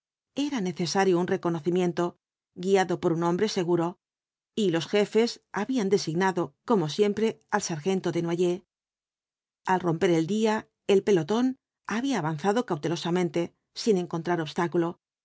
era necesario un reconocimiento guiado por un hombre seguro y los jefes habían designado como siempre al sargento desnoyers al romper el día el pelotón había avanzado cautelosamente sin encontrar obstáculo